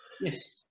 Yes